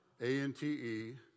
A-N-T-E